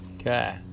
Okay